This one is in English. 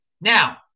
now